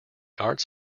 arts